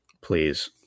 Please